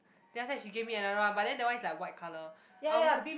then after that she give me another one but then the one is like white colour I also